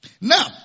Now